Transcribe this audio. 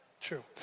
True